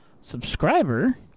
subscriber